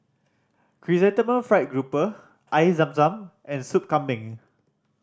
Chrysanthemum Fried Grouper Air Zam Zam and Soup Kambing